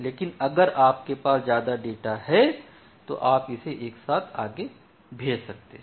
लेकिन अगर आपके पास ज्यादा डेटा है तो आप इसे एक साथ आगे भेज सकते हैं